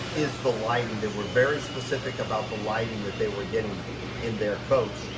is the lighting. they we're very specific about the lighting that they were getting in their coach.